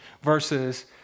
Versus